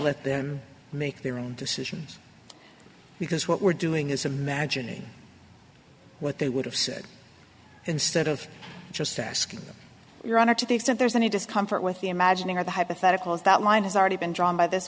let them make their own decisions because what we're doing is imaginary what they would have said instead of just asking your honor to the extent there's any discomfort with the imagining of the hypothetical is that line has already been drawn by this